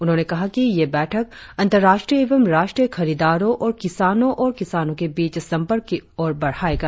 उन्होंने कहा ये बैठक अंतर्राष्ट्रीय एवं राष्ट्रीय खरीदारो और किसानों और किसानों के बीच संपर्क की और बढ़ाएगा